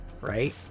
right